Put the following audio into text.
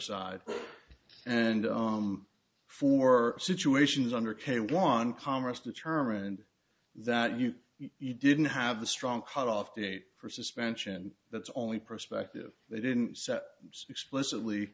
side and for situations under k one congress determined that you you didn't have the strong cutoff date for suspension that's only perspective they didn't explicitly